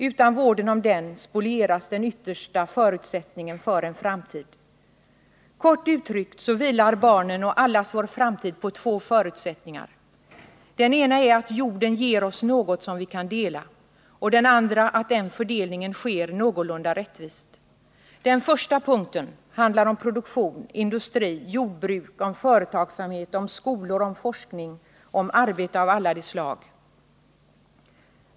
Utan vården av den spolieras den yttersta förutsättningen för en framtid. Kort uttryckt så vilar barnens och allas vår framtid på två förutsättningar: Den ena är att jorden ger oss något som vi kan dela, och den andra att fördelningen sker någorlunda rättvist. Den första punkten handlar om produktion, om industri, om jordbruk, om företagsamhet, om skolor, om forskning, om arbeten av alla de slag.